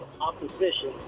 opposition